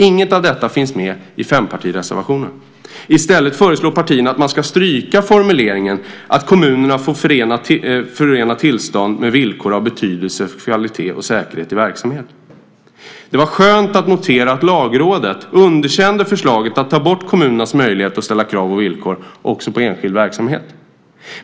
Inget av detta finns med i fempartireservationen. I stället föreslår partierna att man ska stryka formuleringen om att kommunerna får förena tillstånd med villkor av betydelse för kvalitet och säkerhet i verksamheten. Det var skönt att notera att Lagrådet underkände förslaget att ta bort kommunernas möjlighet att ställa krav och villkor också på enskild verksamhet.